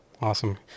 Awesome